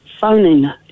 phoning